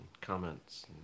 comments